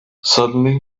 suddenly